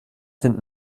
sind